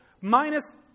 minus